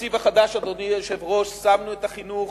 בתקציב החדש, אדוני היושב-ראש, שמנו את החינוך